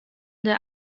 der